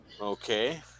Okay